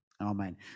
Amen